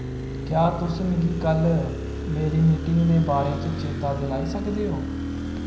क्या तुस मिगी कल्ल मेरी मीटिंग दे बारे च चेता दिलाई सकदे ओ